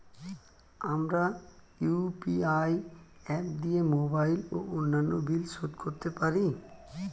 আমরা UPI app দিয়ে mobile ও অন্যান্য বিল শোধ করতে পারি